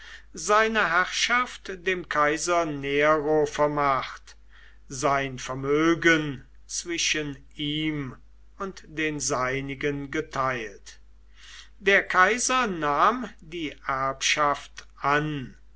seine herrschaft dem kaiser nero vermacht sein vermögen zwischen ihm und den seinigen geteilt der kaiser nahm die erbschaft an